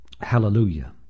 Hallelujah